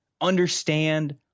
understand